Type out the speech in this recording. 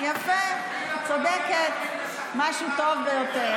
לכן אני מתכוונת למצות כל דקה מהשהות